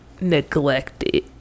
neglected